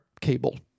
cable